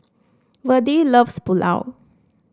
Virdie loves Pulao